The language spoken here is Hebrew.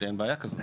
שאין בעיה כזאת.